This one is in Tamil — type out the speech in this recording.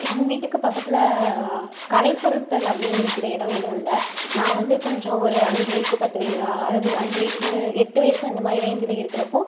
எங்கள் வீட்டுக்குப் பக்கத்தில் கலை பொருட்கள் அப்படின்னு விற்கிற இடம் எதுவும் இல்லை நான் வந்து கொஞ்சம் ஒரு அஞ்சு வயசு பத்து வயசு அதாவது அஞ்சு வயசு எட்டு வயசு அந்த மாதிரி ரேன்ஜில் இருக்கிறப்போ